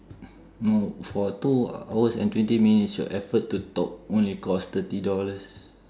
no for two hours and twenty minutes your effort to talk only cost thirty dollars